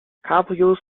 cabrios